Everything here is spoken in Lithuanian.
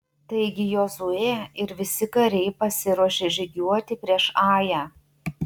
taigi jozuė ir visi kariai pasiruošė žygiuoti prieš ają